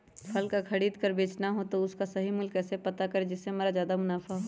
फल का खरीद का बेचना हो तो उसका सही मूल्य कैसे पता करें जिससे हमारा ज्याद मुनाफा हो?